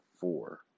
four